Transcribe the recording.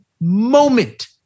moment